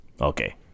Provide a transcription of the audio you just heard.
Okay